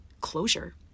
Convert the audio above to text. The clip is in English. closure